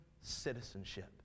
citizenship